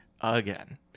again